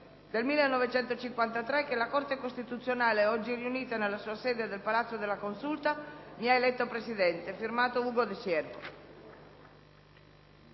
del 1953, che la Corte costituzionale, oggi riunita nella sua sede del Palazzo della Consulta, mi ha eletto Presidente. *F.to* Ugo De Siervo».